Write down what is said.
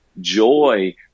joy